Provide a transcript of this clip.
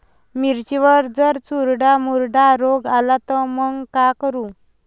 मिर्चीवर जर चुर्डा मुर्डा रोग आला त मंग का करू?